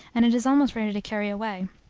and it is almost ready to carry away.